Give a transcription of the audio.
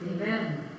amen